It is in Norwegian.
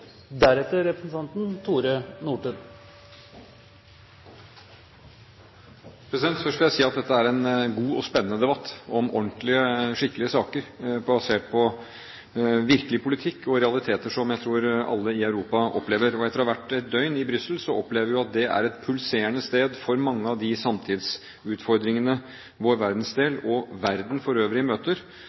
en god og spennende debatt om ordentlige, skikkelige saker basert på virkelig politikk og realiteter som jeg tror alle i Europa opplever. Etter å ha vært et døgn i Brussel opplever vi jo at det er et pulserende sted for mange av de samtidsutfordringene vår verdensdel og verden for øvrig møter.